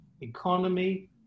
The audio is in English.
economy